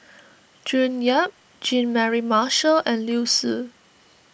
June Yap Jean Mary Marshall and Liu Si